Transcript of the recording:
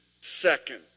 second